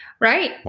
right